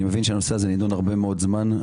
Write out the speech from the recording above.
אני מבין שהנושא הזה נדון הרבה מאוד זמן.